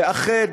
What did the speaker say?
לאחד,